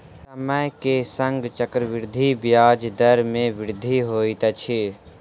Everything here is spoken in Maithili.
समय के संग चक्रवृद्धि ब्याज दर मे वृद्धि होइत अछि